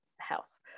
house